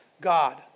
God